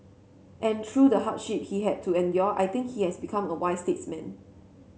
and through the hardship he had to endure I think he has become a wise statesman